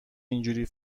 اینجور